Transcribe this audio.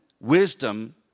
wisdom